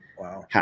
wow